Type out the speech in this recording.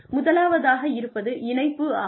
முதலாவதாக இருப்பது இணைப்பு ஆகும்